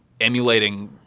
emulating